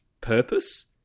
purpose